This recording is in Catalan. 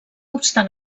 obstant